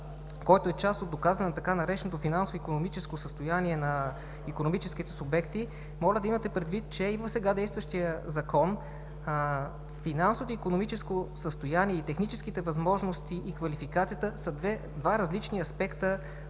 който е част от доказването на така нареченото финансово-икономическо състояние на икономическите субекти, моля да имате предвид, че и в сега действащия Закон финансово-икономическо състояние и техническите възможности и квалификацията са два различни аспекта